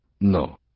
No